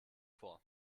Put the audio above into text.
vor